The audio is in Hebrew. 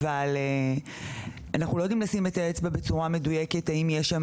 אבל אנחנו לא יודעים לשים את האצבע בצורה מדויקת האם יש שם